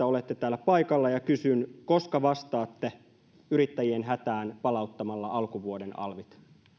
olette täällä paikalla ja kysyn koska vastaatte yrittäjien hätään palauttamalla alkuvuoden alvit